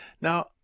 Now